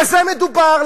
בזה מדובר.